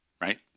Right